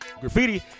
Graffiti